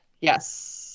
yes